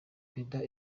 perezida